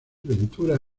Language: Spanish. ventura